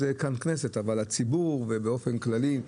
כאן הכנסת, אבל הציבור באופן כללי,